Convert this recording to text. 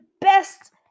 best